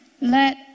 Let